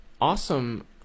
awesome